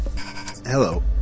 Hello